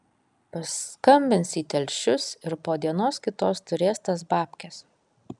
paskambins į telšius ir po dienos kitos turės tas babkes